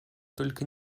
только